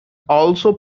also